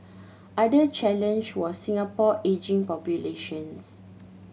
other challenge was Singapore ageing population